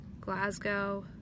Glasgow